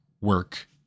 work